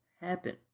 happen